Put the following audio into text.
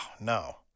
no